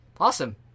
Awesome